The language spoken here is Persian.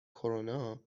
کرونا